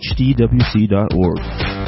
hdwc.org